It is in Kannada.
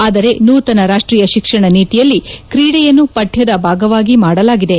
ಆದರೆ ನೂತನ ರಾಷ್ಟೀಯ ಶಿಕ್ಷಣ ನೀತಿಯಲ್ಲಿ ಕ್ರೀಡೆಯನ್ನು ಪಠ್ಕದ ಭಾಗವಾಗಿ ಮಾಡಲಾಗಿದೆ